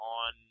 on